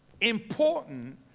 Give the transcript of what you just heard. important